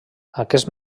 aquest